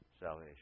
salvation